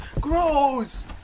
gross